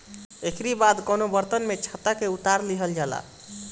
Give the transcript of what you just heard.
एकरी बाद कवनो बर्तन में छत्ता के उतार लिहल जाला